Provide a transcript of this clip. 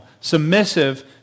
submissive